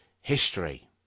history